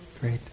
Great